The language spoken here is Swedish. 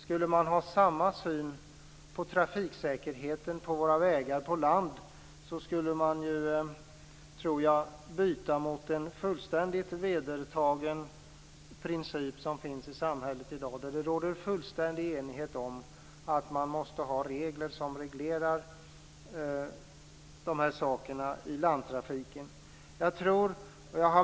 Skulle man ha samma syn på trafiksäkerheten på våra vägar på land, skulle man bryta mot en fullständigt vedertagen princip i samhället i dag, då det råder fullständig enighet om att man måste ha regler som reglerar de här frågorna i landtrafiken.